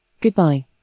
Goodbye